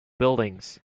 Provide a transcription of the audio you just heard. buildings